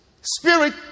spirit